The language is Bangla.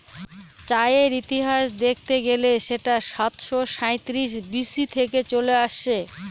চায়ের ইতিহাস দেখতে গেলে সেটা সাতাশো সাঁইত্রিশ বি.সি থেকে চলে আসছে